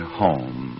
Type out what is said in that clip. home